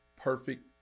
perfect